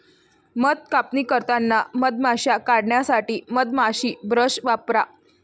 मध कापणी करताना मधमाश्या काढण्यासाठी मधमाशी ब्रश वापरा